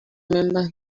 remember